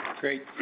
Great